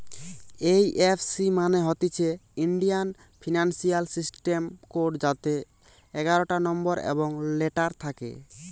এই F C মানে হতিছে ইন্ডিয়ান ফিনান্সিয়াল সিস্টেম কোড যাতে এগারটা নম্বর এবং লেটার থাকে